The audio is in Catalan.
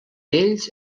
ells